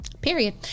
Period